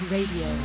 Radio